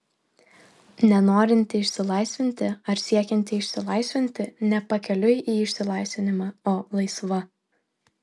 ne norinti išsilaisvinti ar siekianti išsilaisvinti ne pakeliui į išsilaisvinimą o laisva